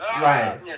Right